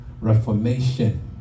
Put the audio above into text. reformation